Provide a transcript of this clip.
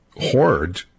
hoard